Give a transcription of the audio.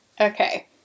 Okay